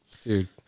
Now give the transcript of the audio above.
dude